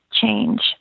change